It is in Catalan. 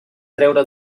traure